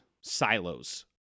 silos